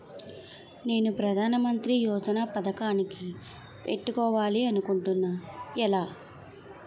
నేను ప్రధానమంత్రి యోజన పథకానికి పెట్టుకోవాలి అనుకుంటున్నా ఎలా?